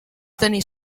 tenir